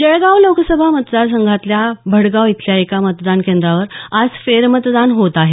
जळगाव लोकसभा मतदार संघातल्या भडगाव इथल्या एका मतदान केंद्रावर आज फेरमतदान होत आहे